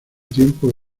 tiempo